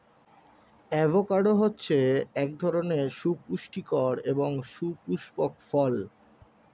avocado হচ্ছে এক ধরনের সুপুস্টিকর এবং সুপুস্পক ফল